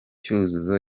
cyuzuzo